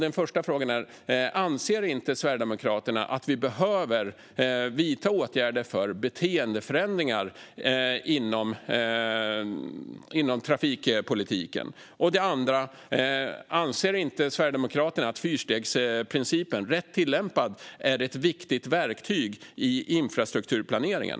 Den första är: Anser inte Sverigedemokraterna att vi behöver vidta åtgärder för beteendeförändringar inom trafikpolitiken? Den andra är: Anser inte Sverigedemokraterna att fyrstegsprincipen rätt tillämpad är ett viktigt verktyg i infrastrukturplaneringen?